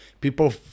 people